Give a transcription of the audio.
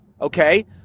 okay